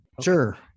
Sure